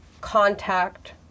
contact